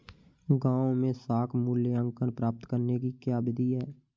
गाँवों में साख मूल्यांकन प्राप्त करने की क्या विधि है?